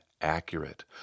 accurate